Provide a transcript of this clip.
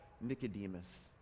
nicodemus